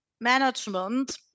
management